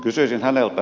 kysyisin häneltä